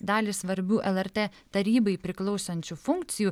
dalį svarbių lrt tarybai priklausančių funkcijų